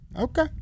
Okay